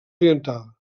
oriental